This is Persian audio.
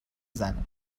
زنه